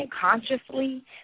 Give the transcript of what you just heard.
consciously